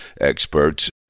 experts